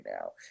now